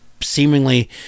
seemingly